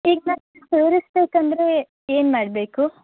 ಈಗ ನಾನು ಸೇರಿಸಬೇಕೆಂದರೆ ಏನು ಮಾಡಬೇಕು